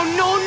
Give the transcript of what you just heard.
no